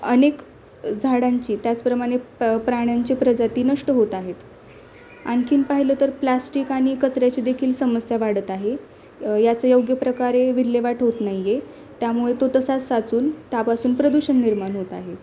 अनेक झाडांची त्याचप्रमाणे प प्राण्याची प्रजाती नष्ट होत आहेत आणखीन पाहिलं तर प्लॅस्टिक आणि कचऱ्याची देखील समस्या वाढत आहे याचं योग्य प्रकारे विल्हेवाट होत नाही आहे त्यामुळे तो तसाच साचून त्यापासून प्रदूषण निर्माण होत आहे